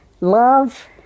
Love